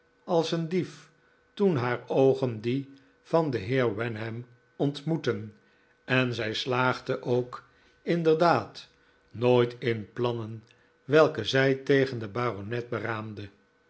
als een dief toen haar oogen die van den heer wenham ontmoetten en zij slaagde ook inderdaad nooit in plannen welke zij tegen den baronet beraamde